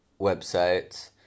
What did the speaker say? websites